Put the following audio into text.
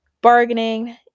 bargaining